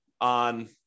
on